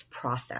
process